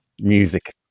music